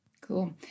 Cool